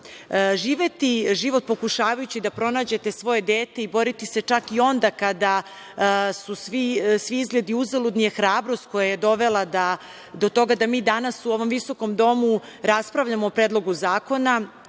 život pokušavajući da pronađete svoje dete i boriti se čak i onda kada su svi izgledi uzaludni, hrabrost je koja je dovela do toga da mi danas u ovom visokom domu raspravljamo o Predlogu zakona